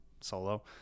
solo